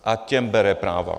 A těm bere práva.